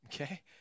okay